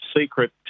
secret